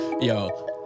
Yo